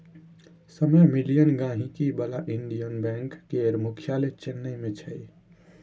सय मिलियन गांहिकी बला इंडियन बैंक केर मुख्यालय चेन्नई मे छै